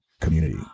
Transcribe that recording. community